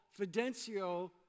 Fidencio